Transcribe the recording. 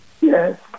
Yes